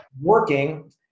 working